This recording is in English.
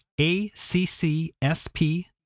A-C-C-S-P